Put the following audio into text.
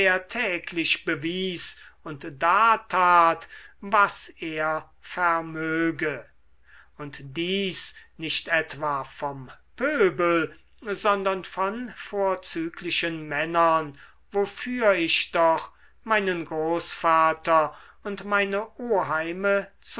täglich bewies und dartat was er vermöge und dies nicht etwa vom pöbel sondern von vorzüglichen männern wofür ich doch meinen großvater und meine